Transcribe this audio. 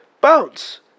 Bounce